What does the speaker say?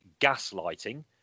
gaslighting